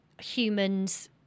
Humans